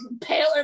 paler